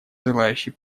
желающие